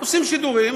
עושים שידורים,